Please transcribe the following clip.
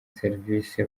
serivisi